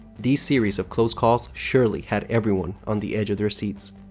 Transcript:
these series of close calls surely had everyone on the edge of their seats.